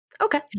Okay